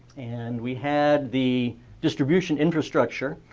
and we had the distribution infrastructure.